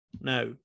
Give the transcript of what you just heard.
now